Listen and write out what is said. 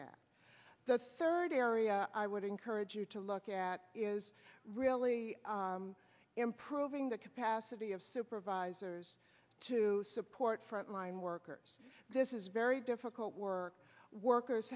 at the third area i would encourage you to look at is really improving the capacity of supervisors to support frontline workers this is very difficult work workers